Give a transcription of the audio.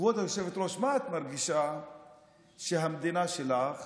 כבוד היושבת-ראש, מה את מרגישה כשהמדינה שלך